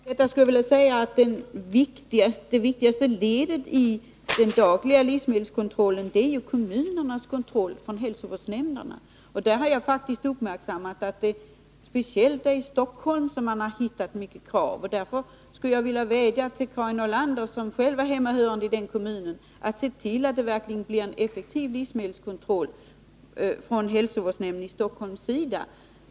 Herr talman! Till detta skulle jag vilja säga att det viktigaste ledet i den dagliga livsmedelskontrollen är kommunernas kontroll genom hälsovårdsnämnderna. Där har jag faktiskt uppmärksammat att man speciellt i Stockholm har hittat många krav. Därför skulle jag vilja vädja till Karin Nordlander, som är hemmahörande i den kommunen, att se till att det verkligen blir en effektiv livsmedelskontroll från hälsovårdsnämnden i Stockholm.